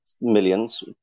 millions